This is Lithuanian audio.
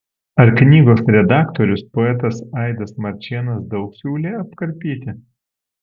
ar knygos redaktorius poetas aidas marčėnas daug siūlė apkarpyti